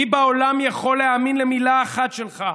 מי בעולם יכול להאמין למילה אחת שלך?